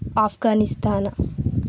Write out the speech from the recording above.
Afghanistan